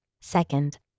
Second